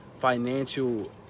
Financial